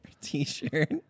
T-shirt